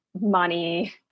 money